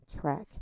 track